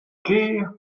ker